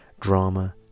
drama